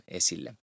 esille